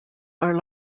are